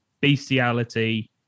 bestiality